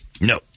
No